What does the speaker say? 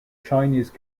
chinese